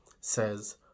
says